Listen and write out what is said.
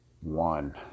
one